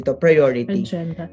priority